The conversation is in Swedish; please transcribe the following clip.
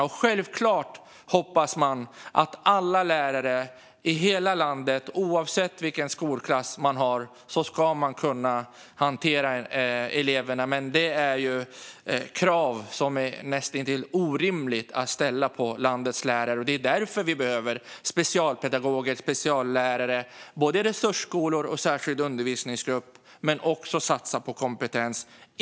Och givetvis hoppas vi att alla lärare i hela landet, oavsett vilken skolklass de har, kan hantera eleverna, men det är ett krav som är näst intill orimligt att ställa på landets lärare. Det är därför vi behöver specialpedagoger och speciallärare, både i resursskolor och i särskild undervisningsgrupp, och också behöver satsa på kompetens.